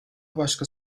başka